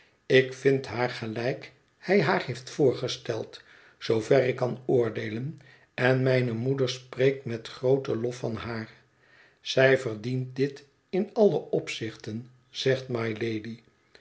ik vind haar gelijk hij haar heeft voorgesteld zoover ik kan oordeelen en mijne moeder spreekt met grooten lof van haar zij verdient dit in alle opzichten zegt